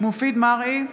מופיד מרעי,